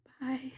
Bye